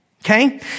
Okay